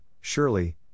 surely